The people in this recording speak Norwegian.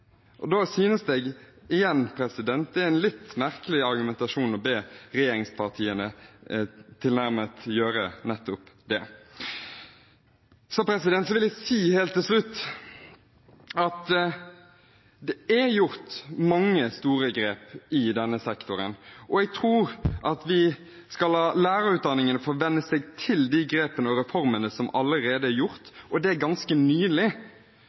og da synes jeg igjen det er en litt merkelig argumentasjon å be regjeringspartiene nettopp gjøre tilnærmet det. Så vil jeg si helt til slutt at det er gjort mange store grep i denne sektoren, og jeg tror vi skal la lærerutdanningene få venne seg til de grepene og reformene som allerede er gjort – og det ganske nylig.